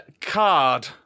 card